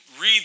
read